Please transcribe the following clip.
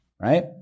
right